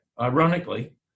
Ironically